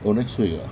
oh next week ah